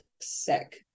sick